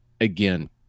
again